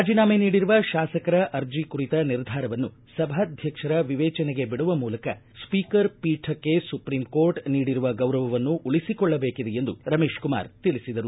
ರಾಜಿನಾಮೆ ನೀಡಿರುವ ಶಾಸಕರ ಅರ್ಜಿ ಕುರಿತ ನಿರ್ಧಾರವನ್ನು ಸಭಾಧ್ಯಕ್ಷರ ವಿವೇಚನೆಗೆ ಬಿಡುವ ಮೂಲಕ ಸ್ವೀಕರ್ ಪೀಠಕ್ಕೆ ಸುಪ್ರೀಂ ಕೋರ್ಟ್ ನೀಡಿರುವ ಗೌರವವನ್ನು ಉಳಿಸಿಕೊಳ್ಳಬೇಕಿದೆ ಎಂದು ರಮೇಶ್ ಕುಮಾರ್ ತಿಳಿಸಿದರು